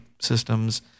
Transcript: systems